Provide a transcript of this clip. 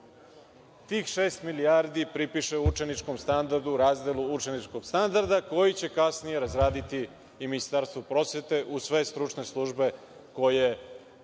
tih šest milijardi pripiše učeničkom standardu, razdelu učeničkog standarda koji će kasnije razraditi i Ministarstvo prosvete u sve stručne službe koje